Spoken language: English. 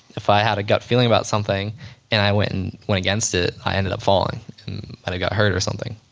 if i had a gut feeling about something and i went and went against it, i ended up falling and i got hurt or something